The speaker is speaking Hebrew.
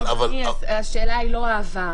אדוני, השאלה היא לא אהבה.